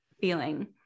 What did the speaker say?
feeling